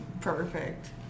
perfect